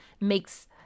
makes